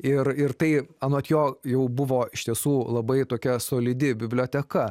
ir ir tai anot jo jau buvo iš tiesų labai tokia solidi biblioteka